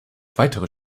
weitere